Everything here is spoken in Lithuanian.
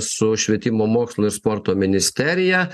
su švietimo mokslo ir sporto ministerija